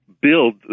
build